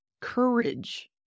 courage